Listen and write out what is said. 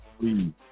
Please